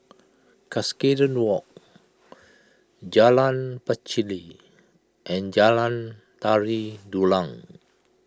Cuscaden Walk Jalan Pacheli and Jalan Tari Dulang